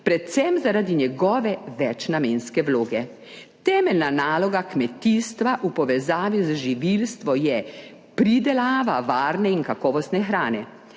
predvsem zaradi njegove večnamenske vloge. Temeljna naloga kmetijstva v povezavi z živilstvo je pridelava varne in kakovostne hrane,